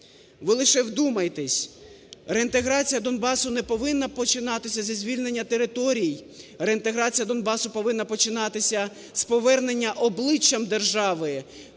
Ви лише вдумайтесь, реінтеграція Донбасу не повинна починатися зі звільнення територій, реінтеграція Донбасу повинна починатися з повернення обличчям держави